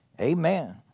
Amen